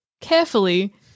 carefully